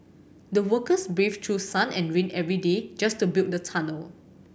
the workers braved through sun and rain every day just to build the tunnel